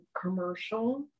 commercial